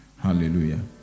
Hallelujah